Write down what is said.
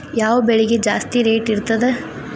ಯಾವ ಬೆಳಿಗೆ ಜಾಸ್ತಿ ರೇಟ್ ಇರ್ತದ?